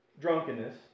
drunkenness